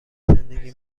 زندگی